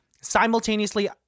simultaneously